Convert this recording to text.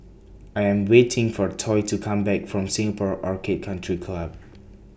I Am waiting For Toy to Come Back from Singapore Orchid Country Club